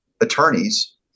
attorneys